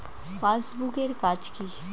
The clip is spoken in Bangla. পাশবুক এর কাজ কি?